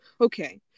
okay